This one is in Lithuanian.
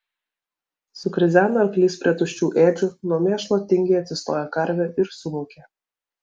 sukrizeno arklys prie tuščių ėdžių nuo mėšlo tingiai atsistojo karvė ir sumūkė